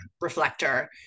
reflector